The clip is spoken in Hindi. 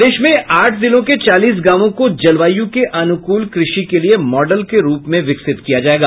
प्रदेश में आठ जिलों के चालीस गांवों को जलवायु के अनुकूल कृषि के लिये मॉडल के रूप में विकसित किया जायेगा